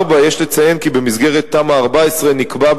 4. יש לציין כי במסגרת תמ"א 14 נקבע,